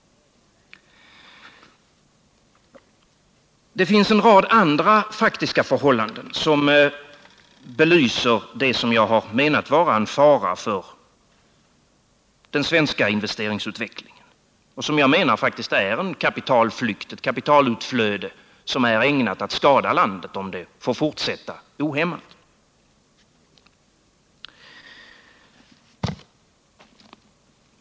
Det finns en rad andra faktiska förhållanden som belyser det som jag har menat vara en fara för den svenska investeringsutvecklingen och som jag anser vara en kapitalflykt, ett kapitalutflöde som är ägnat att skada landet, om det får fortsätta ohämmat.